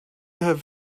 have